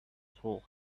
told